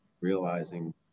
realizing